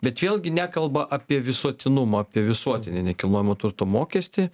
bet vėlgi nekalba apie visuotinumą apie visuotinį nekilnojamo turto mokestį